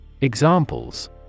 Examples